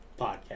podcast